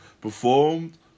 performed